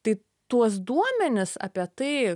tai tuos duomenis apie tai